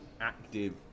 active